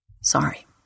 Sorry